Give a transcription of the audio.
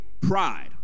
pride